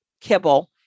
kibble